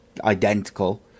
identical